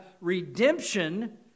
redemption